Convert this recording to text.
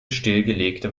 stillgelegte